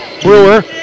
Brewer